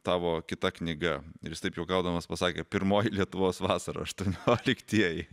tavo kita knyga ir jis taip juokaudamas pasakė pirmoji lietuvos vasara aštuonioliktieji